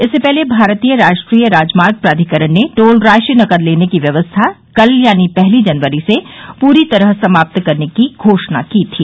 इससे पहले भारतीय राष्ट्रीय राजमार्ग प्राधिकरण ने टोल राशि नकद लेने की व्यवस्था कल पहली जनवरी से पूरी तरह समाप्त करने की घोषणा की थी